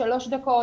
שלוש דקות,